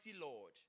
Lord